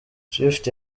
swift